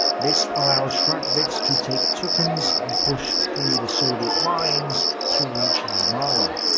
this allowed strachwitz to take tukums and push through the soviet lines to reach jurmala.